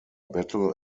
battle